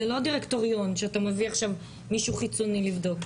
זה לא דירקטוריון שאתה מביא עכשיו מישהו חיצוני לבדוק.